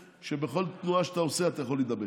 שבכל תנועה שאתה עושה אתה יכול להידבק.